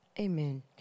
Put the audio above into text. Amen